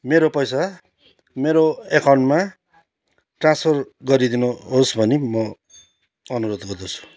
मेरो पैसा मेरो एकाउन्टमा ट्रान्सफर गरिदिनुहोस् भनी म अनुरोध गर्दछु